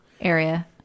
area